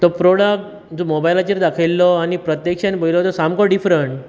तो प्रोडक्ट मोबायलाचेर दाखयल्लो आनी प्रत्यक्षांत पळयल्लो सामको डिफ्रंट